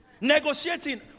negotiating